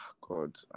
god